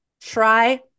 Try